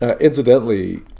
incidentally